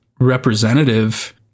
representative